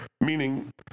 meaning